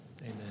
amen